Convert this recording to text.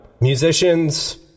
Musicians